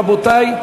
רבותי,